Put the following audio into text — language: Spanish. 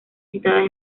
citadas